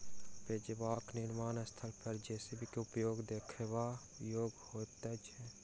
पजेबाक निर्माण स्थल पर जे.सी.बी के उपयोग देखबा योग्य होइत छै